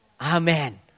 Amen